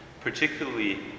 particularly